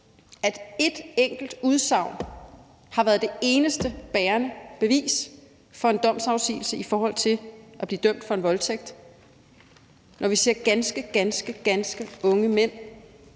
at et enkelt udsagn har været det eneste bærende bevis for en domsafsigelse i forhold til at blive dømt for en voldtægt, og når vi ser ganske unge mænd,